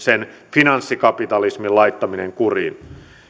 finanssikapitalismin laittaminen kuriin